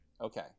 Okay